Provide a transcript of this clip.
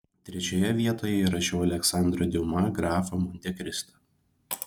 trečioje vietoje įrašau aleksandro diuma grafą montekristą